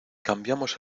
cambiamos